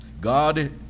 God